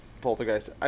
Poltergeist